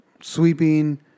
sweeping